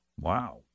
Wow